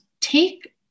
take